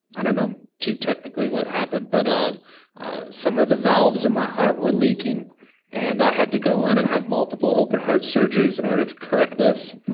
i don't know too technically what happened, but um some of the valves in my heart were leaking and i had to go in and have multiple open heart surgeries in order to correct this.